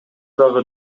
дагы